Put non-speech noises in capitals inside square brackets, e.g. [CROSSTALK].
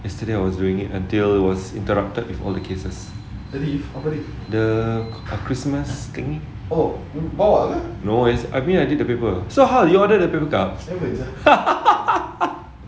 yesterday I was doing it until I was interrupted with all the cases the christmas thing I mean I did the paper so how you ordered the paper cups [LAUGHS]